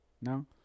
No